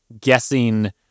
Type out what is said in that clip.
guessing